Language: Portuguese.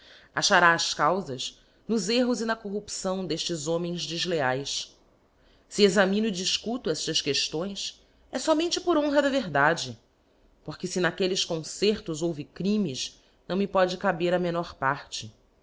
achará s caufas nos erros e na corrupção d'eftes homens defsaes se examino e difcuto eftas queftões é fomente k r honra da verdade porque fe n'aquelles concertos louve crimes não me pode caber a menor parte